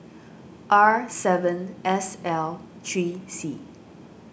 R seven S L three C